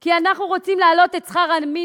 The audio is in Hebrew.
כי אנחנו רוצים להעלות את שכר המינימום